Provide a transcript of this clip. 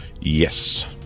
Yes